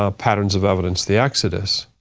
ah patterns of evidence, the exodus.